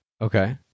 Okay